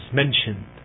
mentioned